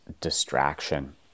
distraction